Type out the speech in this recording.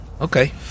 Okay